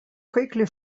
quickly